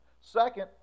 Second